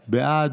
בעד,